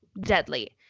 deadly